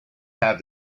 have